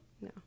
no